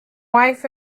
wife